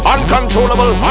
Uncontrollable